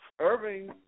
Irving